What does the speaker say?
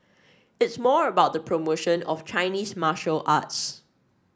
it's more about the promotion of Chinese martial arts